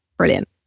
Brilliant